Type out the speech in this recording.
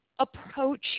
approach